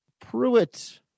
Pruitt